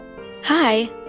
Hi